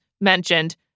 mentioned